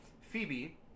Phoebe